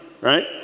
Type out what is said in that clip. right